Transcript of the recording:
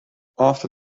after